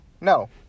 No